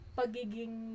pagiging